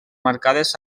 marcades